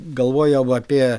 galvojau apie